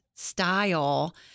Style